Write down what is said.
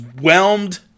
whelmed